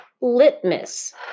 litmus